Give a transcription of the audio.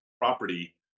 property